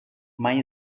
mai